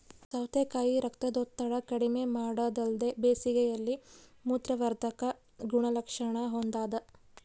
ಸೌತೆಕಾಯಿ ರಕ್ತದೊತ್ತಡ ಕಡಿಮೆಮಾಡೊದಲ್ದೆ ಬೇಸಿಗೆಯಲ್ಲಿ ಮೂತ್ರವರ್ಧಕ ಗುಣಲಕ್ಷಣ ಹೊಂದಾದ